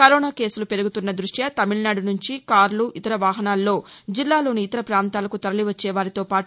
corona కేసులు పెరుగుతున్న దృష్ట్యా తమిళనాడు నుంచి కార్లు ఇతర వాహనాల్లో జిల్లాలోని ఇతర ప్రాంతాలకు తరలి వచ్చే వారితోపాటు